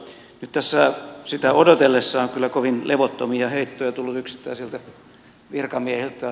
nyt tässä sitä odotellessa on kyllä kovin levottomia heittoja tullut yksittäisiltä virkamiehiltä